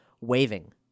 waving